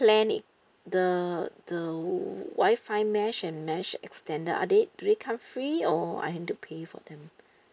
plan it the the WI-FI mesh and mesh extender are they do they come free or I have to pay for them